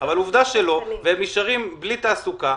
אבל עובדה שלא, והם נשארים בלי תעסוקה.